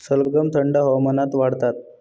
सलगम थंड हवामानात वाढतात